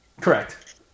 correct